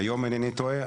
אם אינני טועה.